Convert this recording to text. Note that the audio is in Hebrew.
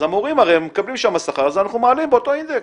אז המורים הרי מקבלים שם שכר ואנחנו מעלים באותו אינדקס.